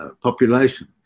population